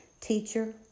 Teacher